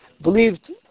believed